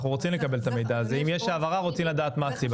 אנחנו רוצים לקבל את המידע הזה ואם יש העברה אנחנו רוצים לדעת מה הסיבה.